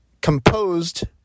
composed